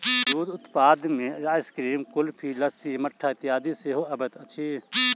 दूधक उत्पाद मे आइसक्रीम, कुल्फी, लस्सी, मट्ठा इत्यादि सेहो अबैत अछि